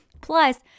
Plus